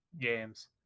games